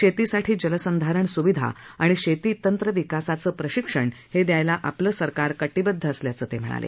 शेतीसाठी जलसंधारण स्विधा आणि शेतीतंत्र विकासाचं प्रशिक्षण हे द्यायला आपलं सरकार कटिबद्ध असल्याचं ते म्हणाले